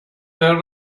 there